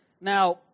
Now